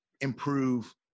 improve